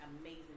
amazing